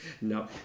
No